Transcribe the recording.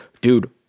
dude